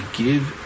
give